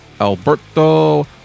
Alberto